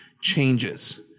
changes